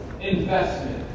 investment